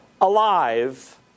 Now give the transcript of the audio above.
alive